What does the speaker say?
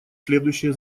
следующие